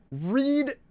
read